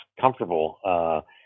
comfortable